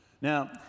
now